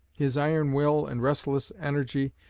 his iron will and restless energy,